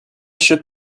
should